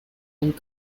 and